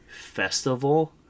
festival